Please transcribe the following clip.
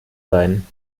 sein